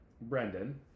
Brendan